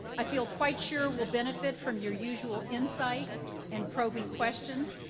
i feel quite sure we'll benefit from your usual insight and probing questions.